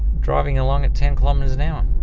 driving along at ten kilometres an hour.